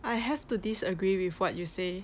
I have to disagree with what you say